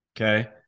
Okay